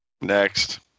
Next